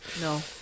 No